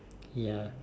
ya